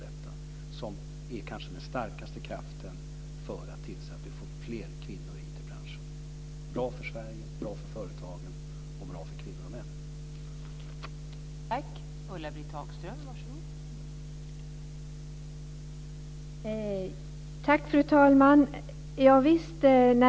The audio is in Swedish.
Det är bra för Sverige, bra för företagen och bra för kvinnor och män.